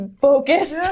focused